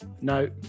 no